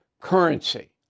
currency